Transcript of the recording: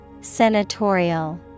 Senatorial